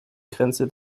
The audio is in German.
grenze